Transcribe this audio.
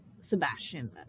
Sebastian